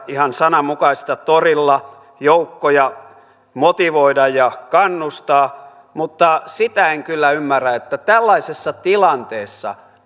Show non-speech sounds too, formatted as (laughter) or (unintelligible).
ihan sananmukaisesti torilla joukkoja motivoida ja kannustaa mutta sitä en kyllä ymmärrä että tällaisessa tilanteessa (unintelligible)